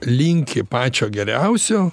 linki pačio geriausio